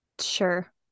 sure